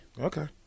Okay